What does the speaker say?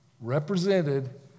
represented